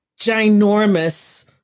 ginormous